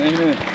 Amen